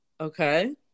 okay